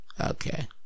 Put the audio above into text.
Okay